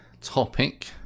topic